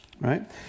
right